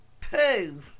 poo